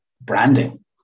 branding